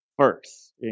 first